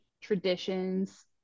Traditions